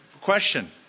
Question